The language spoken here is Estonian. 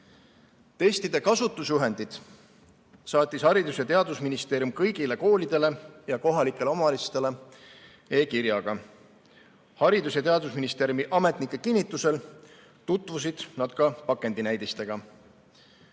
Testide kasutusjuhendid saatis Haridus‑ ja Teadusministeerium kõigile koolidele ja kohalikele omavalitsustele e‑kirjaga. Haridus‑ ja Teadusministeeriumi ametnike kinnitusel tutvusid nad ka pakendinäidistega.